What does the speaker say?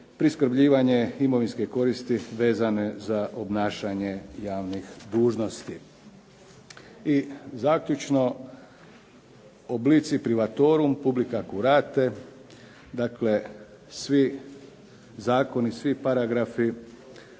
priskrbljivanje imovinske koristi vezane za obnašanje javnih dužnosti. I zaključno, "obliti privatorum publica curate", dakle svi zakoni, svi paragrafi,